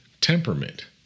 temperament